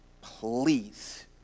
please